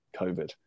COVID